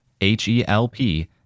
H-E-L-P